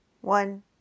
one